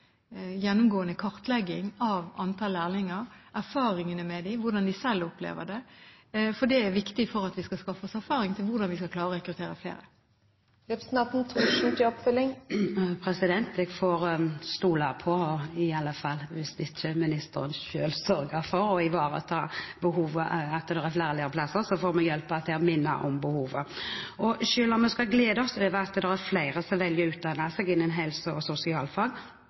gjennomgående kartlegging av antall lærlinger – erfaringene med dem, og hvordan de selv opplever det. Det er viktig for at vi skal skaffe oss erfaring med hensyn til hvordan vi skal klare å rekruttere flere. Jeg får stole på at det blir flere lærlingplasser, og hvis ikke ministeren selv sørger for å ivareta behovet, får vi hjelpe til ved å minne om behovet. Selv om vi skal glede oss over at det er flere som velger å utdanne seg innen helse- og sosialfag,